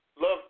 Love